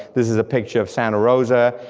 this is a picture of santa rosa,